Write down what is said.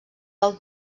del